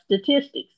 statistics